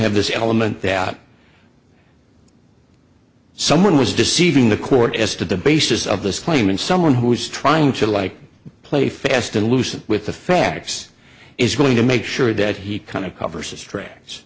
have this element that someone was deceiving the court as to the basis of this claim and someone who is trying to like play fast and loose with the facts is going to make sure that he kind of cover sustran